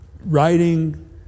writing